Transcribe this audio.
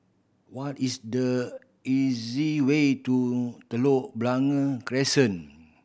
what is the easy way to Telok Blangah Crescent